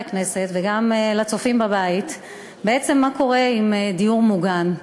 הכנסת וגם לצופים בבית מה קורה בעצם בדיור המוגן.